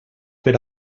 per